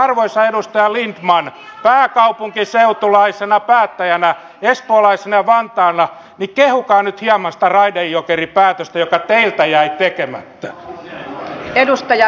arvoisa edustaja lindtman pääkaupunkiseutulaisena päättäjänä espoolaisena vantaalla kehukaa nyt hieman sitä raide jokeri päätöstä joka teiltä jäi tekemättä